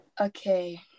Okay